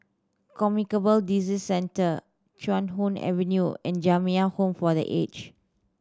Communicable Disease Centre Chuan Hoe Avenue and Jamiyah Home for The Aged